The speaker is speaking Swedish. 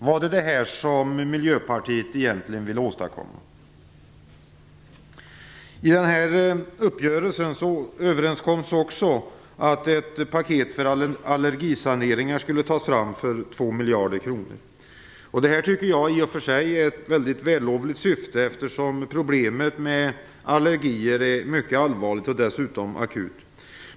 Var det detta som Miljöpartiet egentligen ville åstadkomma? I uppgörelsen kom man också överens om att ett paket för allergisaneringar på 2 miljarder kronor skulle tas fram. Detta är ett mycket vällovligt syfte, eftersom problemet med allergier är mycket allvarligt och dessutom akut.